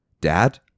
Dad